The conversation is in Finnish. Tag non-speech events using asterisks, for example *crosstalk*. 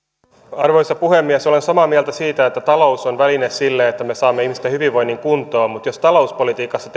arvoisa puhemies olen samaa mieltä siitä että talous on väline sille että me saamme ihmisten hyvinvoinnin kuntoon mutta jos talouspolitiikassa *unintelligible*